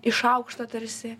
iš aukšto tarsi